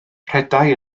rhedai